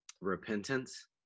repentance